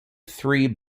three